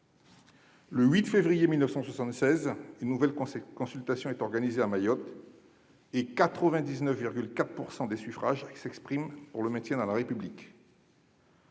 Le 8 février 1976, une nouvelle consultation est organisée à Mayotte, laquelle réunit 99,4 % des suffrages exprimés en faveur du maintien dans la République.